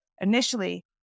initially